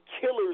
killers